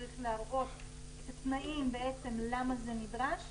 צריך להראות את התנאים למה זה נדרש,